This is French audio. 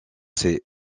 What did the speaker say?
ses